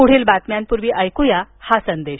पुढील बातम्यान्पुर्वी ऐकुया हा संदेश